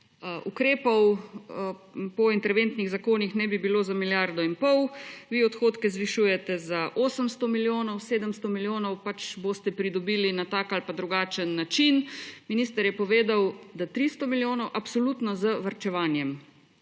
Ukrepov po interventnih zakonih naj bi bilo za milijardo in pol, vi odhodke zvišujete za 800 milijonov. 700 milijonov boste pridobili na tak ali drugačen način; minister je povedal, da 300 milijonov absolutno z varčevanjem.